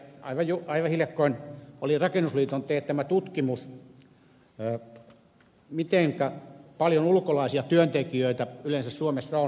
tässä aivan hiljakkoin oli rakennusliiton teettämä tutkimus miten paljon ulkolaisia työntekijöitä yleensä suomessa on